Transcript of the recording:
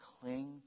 cling